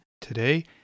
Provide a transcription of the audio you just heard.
today